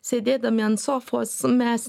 sėdėdami ant sofos mes